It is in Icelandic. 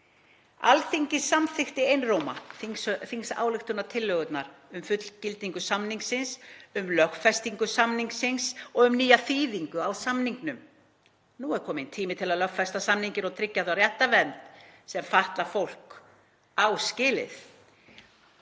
Alþingi samþykkti einróma þingsályktunartillögur um fullgildingu samningsins, um lögfestingu samningsins og um nýja þýðingu á samningnum. Nú er kominn tími til að lögfesta samninginn og tryggja þá réttarvernd sem fatlað fólk á skilið.“